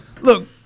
Look